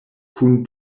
kun